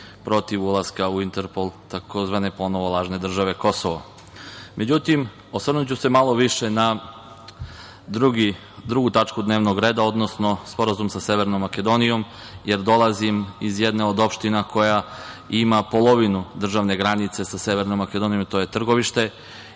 protiv ulaska u Interpol tzv. lažne države Kosovo.Međutim, osvrnuću se malo više na drugu tačku dnevnog reda, odnosno Sporazum sa Severnom Makedonijom, jer dolazim iz jedne od opština koja ima polovinu državne granice sa Severnom Makedonijom, a to je Trgovište.